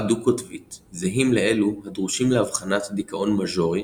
דו-קוטבית זהים לאלו הדרושים לאבחנת דיכאון מז'ורי